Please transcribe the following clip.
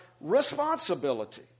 responsibility